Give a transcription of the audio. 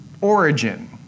origin